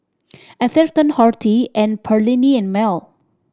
Atherton Horti and Perllini and Mel